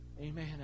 amen